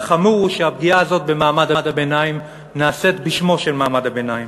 והחמור הוא שהפגיעה הזאת במעמד הביניים נעשית בשמו של מעמד הביניים.